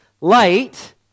light